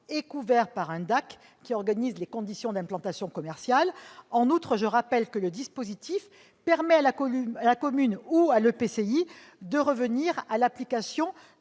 est couvert par un DAAC qui organise les conditions d'implantation commerciale. En outre, je rappelle que le dispositif permet à la commune ou à l'EPCI de revenir à l'application